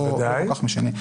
לא כל כך משנה.